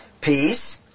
Peace